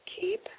keep